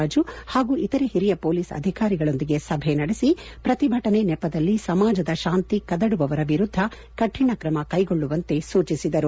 ರಾಜು ಹಾಗೂ ಇತರೆ ಹಿರಿಯ ಮೊಲೀಸ್ ಅಧಿಕಾರಿಗಳೊಂದಿಗೆ ಸಭೆ ನಡೆಸಿ ಪ್ರತಿಭಟನೆ ನೆಪದಲ್ಲಿ ಸಮಾಜದ ಶಾಂತಿ ಕದಡುವವರ ವಿರುದ್ದ ಕಠಿಣ ಕ್ರಮ ಕ್ಟೆಗೊಳ್ಳುವಂತೆ ಸೂಚಿಸಿದರು